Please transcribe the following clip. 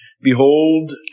behold